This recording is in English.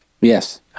yes